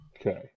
Okay